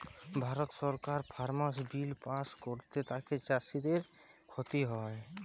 ভারত সরকার farmers bill pass ক্যরে তাতে চাষীদের খ্তি হ্যয়